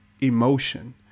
emotion